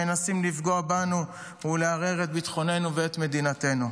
שמנסים לפגוע בנו ולערער את ביטחוננו ואת מדינתנו.